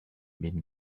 been